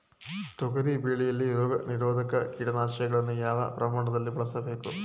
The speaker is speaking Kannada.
ತೊಗರಿ ಬೆಳೆಯಲ್ಲಿ ರೋಗನಿರೋಧ ಕೀಟನಾಶಕಗಳನ್ನು ಯಾವ ಪ್ರಮಾಣದಲ್ಲಿ ಬಳಸಬೇಕು?